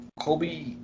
Kobe